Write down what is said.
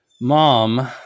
mom